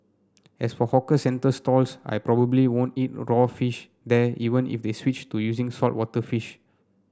as for hawker centre stalls I probably won't eat raw fish there even if they switched to using saltwater fish